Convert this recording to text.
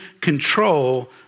control